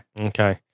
okay